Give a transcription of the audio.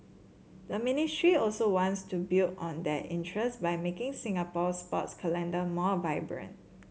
the ministry also wants to build on that interest by making Singapore's sports calendar more vibrant